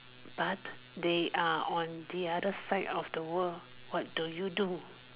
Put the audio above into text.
but they are on the other side of the world what do you do